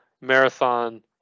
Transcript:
marathon